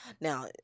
now